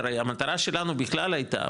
הרי המטרה שלנו בכלל הייתה,